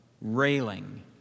railing